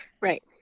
right